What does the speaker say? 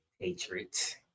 Patriot